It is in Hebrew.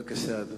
בבקשה.